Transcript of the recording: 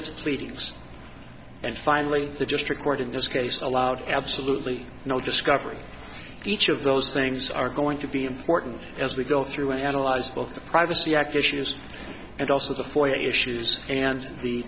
its pleadings and finally the district court in this case allowed absolutely no discovery each of those things are going to be important as we go through analyzed of the privacy act issues and also the four issues and the